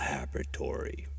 Laboratory